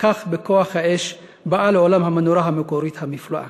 כך, בכוח האש, באה לעולם המנורה המקורית המופלאה